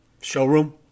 showroom